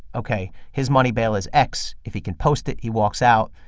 ok, his money bail is x. if he can post it, he walks out.